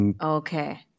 Okay